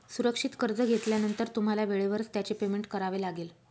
सुरक्षित कर्ज घेतल्यानंतर तुम्हाला वेळेवरच त्याचे पेमेंट करावे लागेल